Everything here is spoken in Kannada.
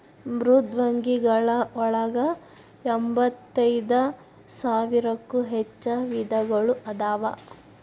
ಮೃದ್ವಂಗಿಗಳ ಒಳಗ ಎಂಬತ್ತೈದ ಸಾವಿರಕ್ಕೂ ಹೆಚ್ಚ ವಿಧಗಳು ಅದಾವ